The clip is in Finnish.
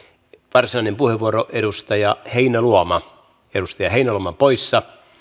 varsinainen puheenvuoro edustaja heinäluoma heinäluoma on poissa